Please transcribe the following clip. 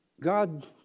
God